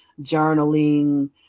journaling